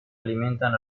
alimentan